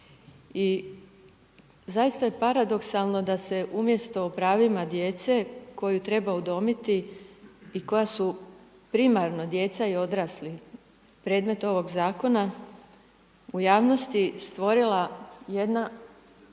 I zaista je paradoksalno da se umjesto o pravima djece koju treba udomiti i koja su primarno djeca i odrasli predmet ovog Zakona, u javnosti stvorila jedna